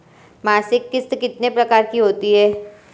मासिक किश्त कितने प्रकार की होती है?